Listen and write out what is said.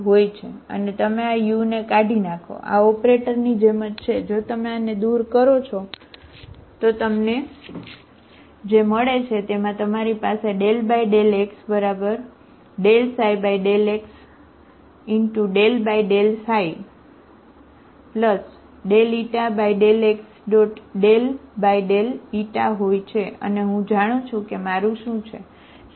અને તમે આ u ને કાઢી નાખો આ ઓપરેટરની જેમ જ છે જો તમે આને દૂર કરો છો તો તમને જે મળે છે તેમાં તમારી પાસે ∂x ∂x ∂x હોય છે અને હું જાણું છું કે મારું શું છે છે